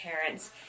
parents